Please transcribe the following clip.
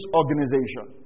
organization